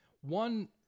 one